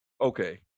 Okay